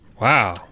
Wow